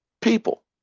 People